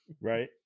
Right